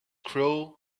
cruel